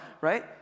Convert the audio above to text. right